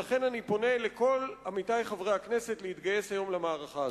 לכן אני פונה לכל עמיתי חברי הכנסת בבקשה להתגייס היום למערכה הזאת.